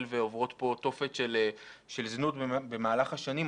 ועוברות פה תופת של זנות במהלך השנים,